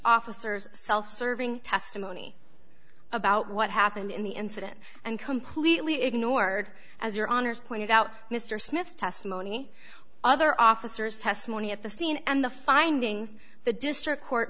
officers self serving testimony about what happened in the incident and completely ignored as your honour's pointed out mr smith testimony other officers testimony at the scene and the findings the district court